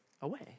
away